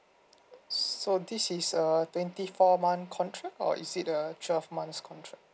so this is err twenty four month contract or is it a twelve months contract